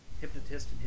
hypnotist